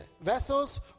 vessels